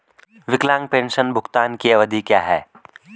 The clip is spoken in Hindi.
विकलांग पेंशन भुगतान की अवधि क्या है?